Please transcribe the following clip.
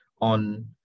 on